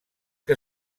que